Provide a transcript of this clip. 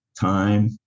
time